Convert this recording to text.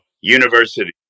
university